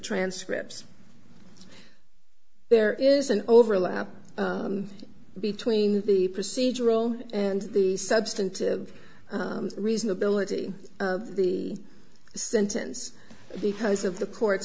transcript there is an overlap between the procedural and the substantive reasonability of the sentence because of the court